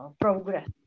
progress